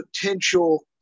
potential